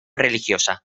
religiosa